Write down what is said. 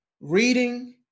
reading